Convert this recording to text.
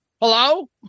Hello